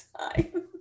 time